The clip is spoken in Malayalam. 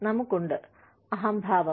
നമുക്കുണ്ട് അഹംഭാവം